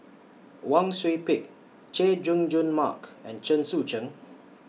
Wang Sui Pick Chay Jung Jun Mark and Chen Sucheng